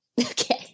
Okay